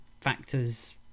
factors